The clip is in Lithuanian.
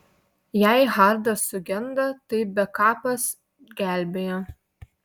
jei hardas sugenda tik bekapas gelbėja